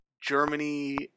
Germany